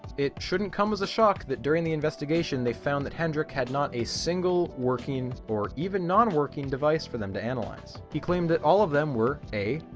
it shouldn't come as a shock that during the investigation they found that hendrik had not a single working or even non-working device for them to analyze. he claimed that all of them were a.